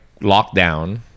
lockdown